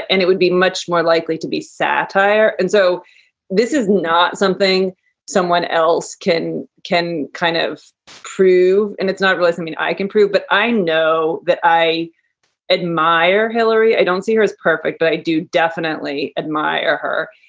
and it would be much more likely to be satire. and so this is not something someone else can can kind of prove. and it's not really something i can prove. but i know that i admire hillary. i don't see her as perfect. but i do definitely admire her.